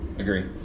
agree